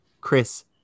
Chris